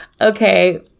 Okay